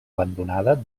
abandonada